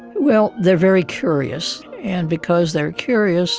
well, they are very curious, and because they are curious